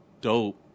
dope